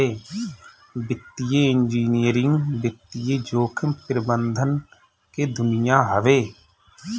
वित्तीय इंजीनियरिंग वित्तीय जोखिम प्रबंधन के दुनिया हवे